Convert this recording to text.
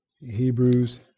Hebrews